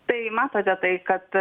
tai matote tai kad